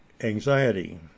anxiety